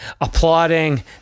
applauding